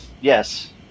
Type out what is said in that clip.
Yes